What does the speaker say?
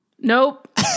nope